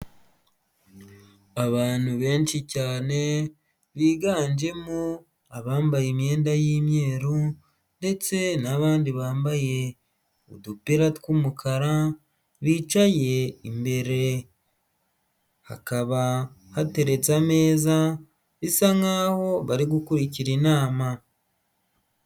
Abantu benshi cyane biganjemo abambaye imyenda y'imyeru ndetse n'abandi bambaye udupira tw'umukara bicaye imbere hakaba hateretse ameza bisa nkaho aho bari gukurikira inama.